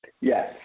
Yes